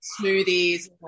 smoothies